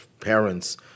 parents